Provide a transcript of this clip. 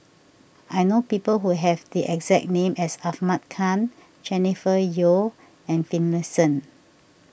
I know people who have the exact name as Ahmad Khan Jennifer Yeo and Finlayson